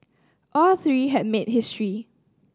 all three have made history